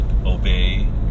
obey